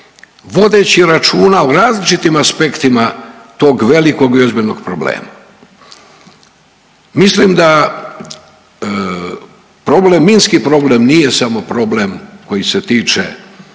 vodeći računa o različitim aspektima tog velikog i ozbiljnog problema. Mislim da, minski problem nije samo problem koji se tiče